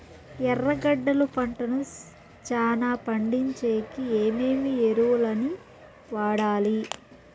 ఎర్రగడ్డలు పంటను చానా పండించేకి ఏమేమి ఎరువులని వాడాలి?